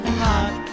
hot